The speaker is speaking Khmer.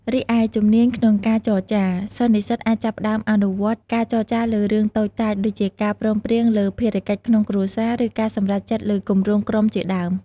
រីឯ ជំនាញក្នុងការចរចា សិស្សនិស្សិតអាចចាប់ផ្តើមអនុវត្តការចរចាលើរឿងតូចតាច ដូចជាការព្រមព្រៀងលើភារកិច្ចក្នុងគ្រួសារ ឬការសម្រេចចិត្តលើគម្រោងក្រុមជាដើម។